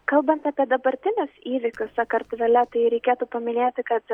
kalbant apie dabartinius įvykius sakartvele tai reikėtų paminėti kad